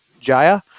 Jaya